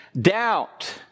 doubt